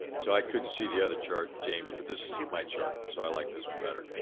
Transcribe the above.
so i couldn't see the other chart, james, but this is my chart. so i like this one, better.